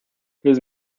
his